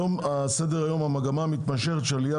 על סדר-היום: המגמה המתמשכת של עלייה